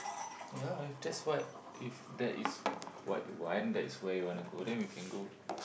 ya if that's what if that is what you want that is where you want to go then we can go